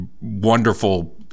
wonderful